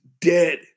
dead